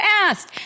asked